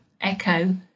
echo